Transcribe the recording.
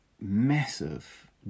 massive